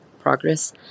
progress